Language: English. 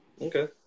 Okay